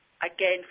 Again